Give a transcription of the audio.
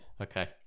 Okay